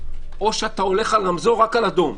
על רמזור, או אתה הולך על רמזור רק על אדום?